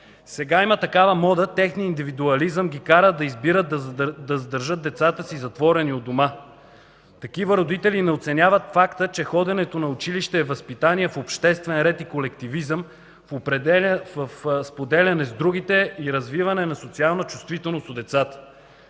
Сега има такава мода – техният индивидуализъм ги кара да държат децата си затворени у дома. Такива родители не оценяват факта, че ходенето на училище е възпитание в обществен ред и колективизъм, споделяне с другите и развиване на социална чувствителност у децата.